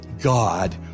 God